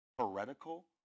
heretical